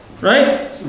right